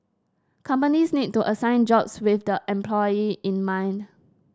companies need to assign jobs with the employee in mind